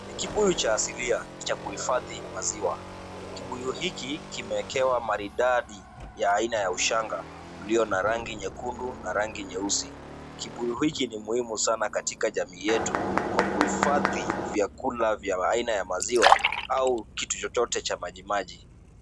Ni kibuyu cha asilia cha kuhifadhi maziwa. Kibuyu hiki kimewekewa maridadi ya aina ya ushanga ulio na rangi nyekundu na rangi nyeusi. Kibuyu hiki ni muhimu sana katika jamii yetu kwa kuhifadhi vyakula vya aina ya maziwa au kitu chochote cha majimaji.